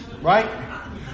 Right